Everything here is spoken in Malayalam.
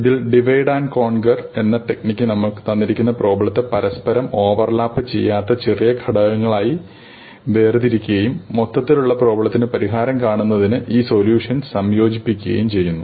ഇതിൽ ഡിവൈഡ് ആൻഡ് കോൺഗർ എന്ന ടെക്നിക്കിൽനമ്മൾ തന്നിരിക്കുന്ന പ്രോബ്ളത്തെ പരസ്പരം ഓവർലാപ്പ് ചെയ്യാത്ത ചെറിയ ഘടകങ്ങളായി പ്രശ്നം വേർതിരിക്കുകയും മൊത്തത്തിലുള്ള പ്രോബ്ലത്തിനു പരിഹാരം കാണുന്നതിന് ഈ സൊല്യൂഷൻസ് സംയോജിപ്പിക്കുകയും ചെയ്യുന്നു